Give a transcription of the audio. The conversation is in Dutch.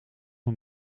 een